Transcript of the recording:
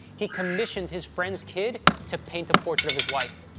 he commissioned his friend's kid to paint the portrait of his wife.